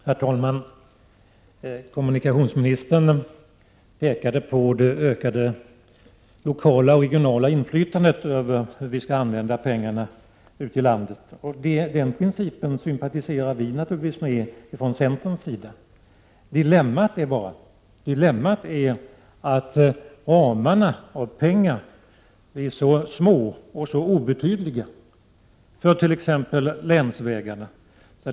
Herr talman! Kommunikationsministern pekade på det ökade lokala och regionala inflytandet över hur vi skall använda pengarna ute i landet. Den principen sympatiserar vi i centern naturligtvis med. Dilemmat är att anslagen är så obetydliga, t.ex. när det gäller länsvägarna.